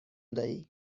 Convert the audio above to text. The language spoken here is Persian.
دهی